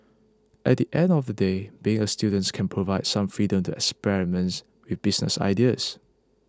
at the end of the day being a students can provide some freedom to experiments with business ideas